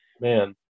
Man